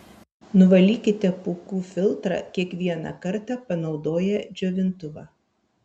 nuvalykite pūkų filtrą kiekvieną kartą panaudoję džiovintuvą